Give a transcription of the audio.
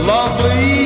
Lovely